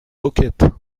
roquette